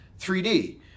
3D